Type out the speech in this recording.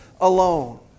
alone